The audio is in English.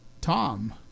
Tom